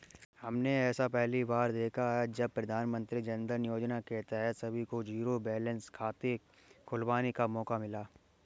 हमने ऐसा पहली बार देखा है जब प्रधानमन्त्री जनधन योजना के तहत सभी को जीरो बैलेंस खाते खुलवाने का मौका मिला